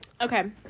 Okay